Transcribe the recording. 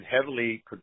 heavily